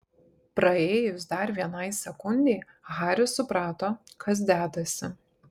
praėjus dar vienai sekundei haris suprato kas dedasi